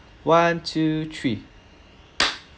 one two three